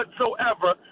whatsoever